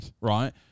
Right